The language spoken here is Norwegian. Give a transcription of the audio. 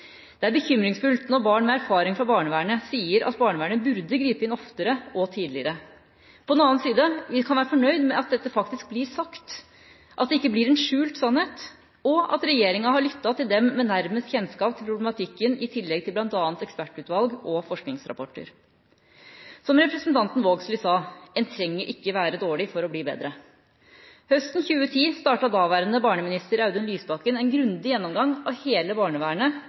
Det er bekymringsfullt når barn med erfaring fra barnevernet sier at barnevernet burde gripe inn oftere og tidligere. På den annen side kan vi være fornøyd med at dette faktisk blir sagt, at det ikke blir en skjult sannhet, og at regjeringa har lyttet til dem med mest kjennskap til problematikken – i tillegg til bl.a. ekspertutvalg og forskningsrapporter. Som representanten Vågslid sa: En trenger ikke være dårlig for å bli bedre. Høsten 2010 startet daværende barneminister Audun Lysbakken en grundig gjennomgang av hele barnevernet